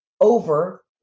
over